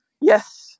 Yes